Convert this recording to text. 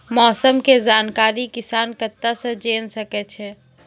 मौसम के जानकारी किसान कता सं जेन सके छै?